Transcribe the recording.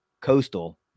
Coastal